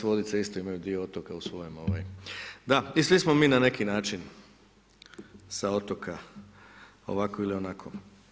Vodice isto imaju dio otoka u svojem, da i svi smo mi na neki način sa otoka, ovako ili onako.